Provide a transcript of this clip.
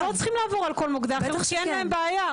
אנחנו לא צריכים לעבור על כל מוקדי החירום כי אין להם בעיה.